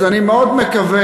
אז אני מאוד מקווה.